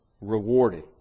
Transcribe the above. rewarded